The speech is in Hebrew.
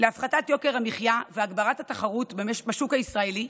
להפחתת יוקר המחיה והגברת התחרות בשוק הישראלי,